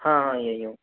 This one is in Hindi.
हाँ हाँ यहीं हूँ